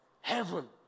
Heaven